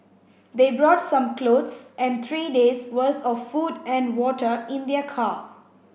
they brought some clothes and three days' worth of food and water in their car